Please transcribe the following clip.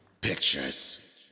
Pictures